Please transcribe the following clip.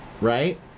right